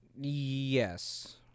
Yes